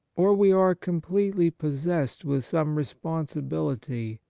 or we are completely pos sessed with some responsibility,